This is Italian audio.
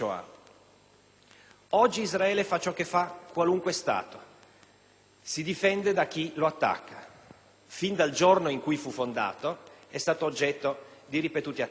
Oggi Israele fa ciò che fa qualunque Stato: si difende da chi lo attacca. Fin dal giorno in cui fu fondato, è stato oggetto di ripetuti attacchi.